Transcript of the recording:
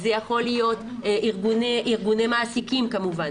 זה יכול להיות ארגוני מעסיקים כמובן,